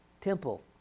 temple